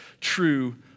true